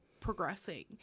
progressing